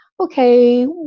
okay